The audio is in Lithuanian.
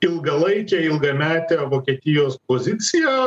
ilgalaikę ilgametę vokietijos poziciją